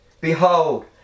Behold